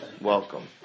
Welcome